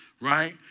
Right